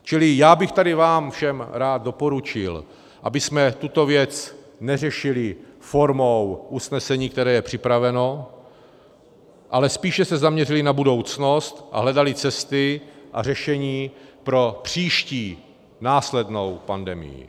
Čili já bych tady vám všem rád doporučil, abychom tuto věc neřešili formou usnesení, které je připraveno, ale spíše se zaměřili na budoucnost a hledali cesty a řešení pro příští následnou pandemii.